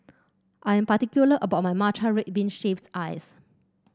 I am particular about my Matcha Red Bean Shaved Ice